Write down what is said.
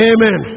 Amen